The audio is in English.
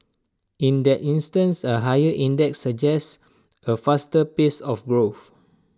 in that instance A higher index suggests A faster pace of growth